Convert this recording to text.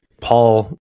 Paul